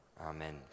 Amen